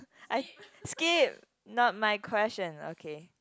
I skip not my question okay